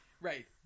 right